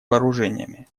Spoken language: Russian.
вооружениями